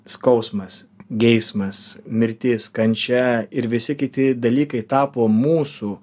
skausmas geismas mirtis kančia ir visi kiti dalykai tapo mūsų